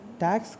tax